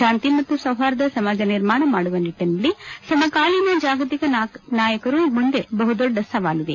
ಶಾಂತಿ ಮತ್ತು ಸೌಹಾರ್ದ ಸಮಾಜ ನಿರ್ಮಾಣ ಮಾಡುವ ನಿಟ್ಟಿನಲ್ಲಿ ಸಮಕಾಲೀನ ಜಾಗತಿಕ ನಾಯಕರ ಮುಂದೆ ಬಹುದೊಡ್ಡ ಸವಾಲಿದೆ